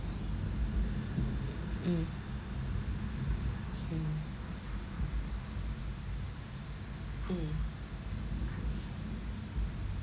mm mm mm